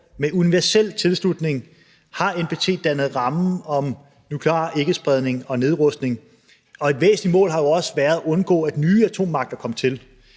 med universel tilslutning har NPT dannet rammen om nuklear ikkespredning og nedrustning, og et væsentligt mål har jo også været at undgå, at nye atommagter kom til.